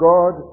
God